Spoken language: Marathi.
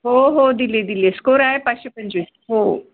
हो हो दिली दिली आहे स्कोर आहे पाचशे पंचवीस हो